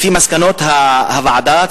לפי מסקנות הוועדה,